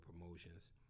Promotions